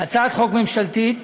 הצעת חוק ממשלתית,